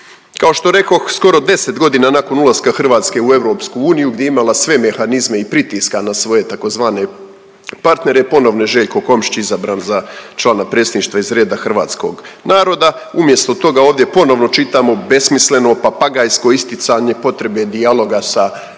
Kao što rekoh, skoro 10 godina nakon ulaska Hrvatske u EU gdje je imala sve mehanizme i pritiska na svoje tzv. partnere ponovno je Željko Komšić izabran za člana Predsjedništva iz reda hrvatskog naroda. Umjesto toga ovdje ponovno čitamo besmisleno papagajsko isticanje potrebe dijaloga sa bošnjačkom